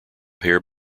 pair